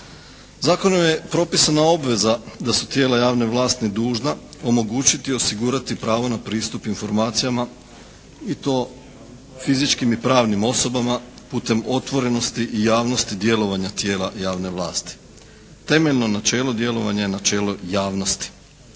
Zakonom je propisana obveza da su tijela javne vlasti dužna omogućiti i osigurati pravo na pristup informacijama i to fizičkim i pravnim osobama putem otvorenosti i javnosti djelovanja tijela javne vlasti. Temeljno načelo djelovanja je načelo javnosti.